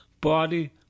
body